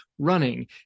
Running